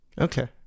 Okay